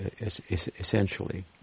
essentially